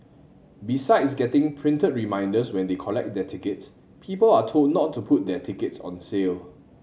besides getting printed reminders when they collect their tickets people are told not to put their tickets on sale